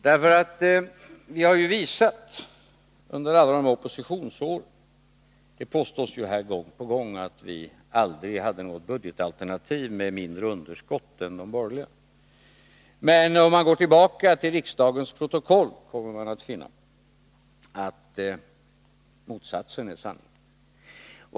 Det påstås gång på gång att vi under oppositionsåren aldrig hade något budgetalternativ med mindre underskott än de borgerliga. Men om man går tillbaka till riksdagens protokoll kommer man att finna att motsatsen är sant.